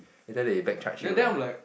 later they back charge you ah